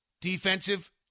defensive